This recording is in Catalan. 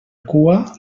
cua